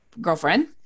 girlfriend